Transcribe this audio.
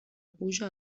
puja